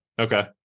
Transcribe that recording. Okay